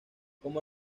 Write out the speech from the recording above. como